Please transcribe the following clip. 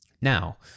Now